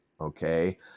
Okay